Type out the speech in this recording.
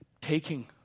taking